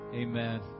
amen